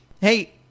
Hey